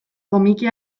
komiki